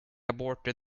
aborted